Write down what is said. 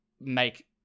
make